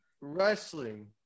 Wrestling